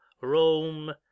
rome